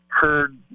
heard